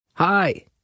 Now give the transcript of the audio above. Hi